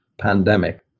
pandemic